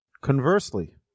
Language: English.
Conversely